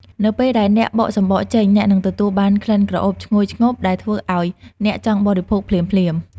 នៅពេលដែលអ្នកបកសម្បកចេញ អ្នកនឹងទទួលបានក្លិនក្រអូបឈ្ងុយឈ្ងប់ដែលធ្វើឱ្យអ្នកចង់បរិភោគភ្លាមៗ។